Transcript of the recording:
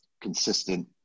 consistent